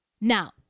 Now